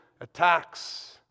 attacks